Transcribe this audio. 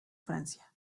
francia